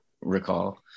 recall